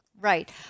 Right